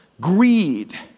greed